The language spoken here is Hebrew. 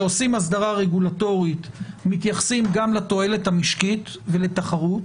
שכאשר עושים הסדרה רגולטורית מתייחסים גם לתועלת המשקית ולתחרות,